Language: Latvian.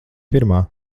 pirmā